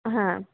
হ্যাঁ